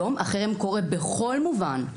היום החרם קורה בכל מובן,